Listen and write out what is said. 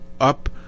up